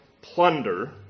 plunder